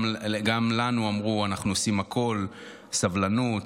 גם לנו אמרו 'אנחנו עושים הכול' 'סבלנות'.